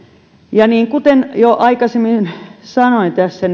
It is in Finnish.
ja kuten jo aikaisemmin sanoin tässä